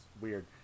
weird